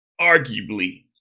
arguably